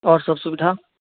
और सब सुविधा